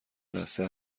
لثه